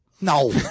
No